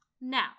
now